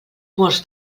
molts